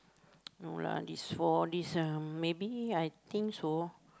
no lah is for this uh maybe I think so